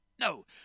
No